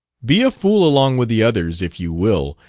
be a fool along with the others, if you will!